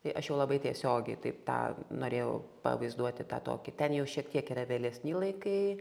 tai aš jau labai tiesiogiai taip tą norėjau pavaizduoti tą tokį ten jau šiek tiek yra vėlesni laikai